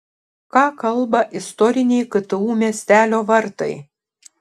ką kalba istoriniai ktu miestelio vartai